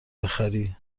بخری